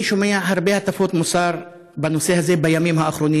אני שומע הרבה הטפות מוסר בנושא הזה בימים האחרונים.